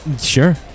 Sure